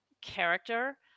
character